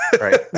right